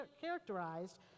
characterized